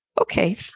Okay